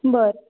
बरं